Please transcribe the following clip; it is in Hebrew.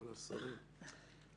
כל השרים.